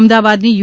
અમદાવાદ ની યુ